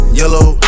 yellow